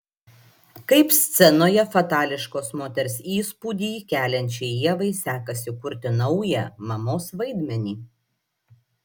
kaip scenoje fatališkos moters įspūdį keliančiai ievai sekasi kurti naują mamos vaidmenį